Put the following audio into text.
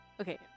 Okay